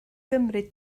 gymryd